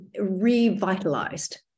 revitalized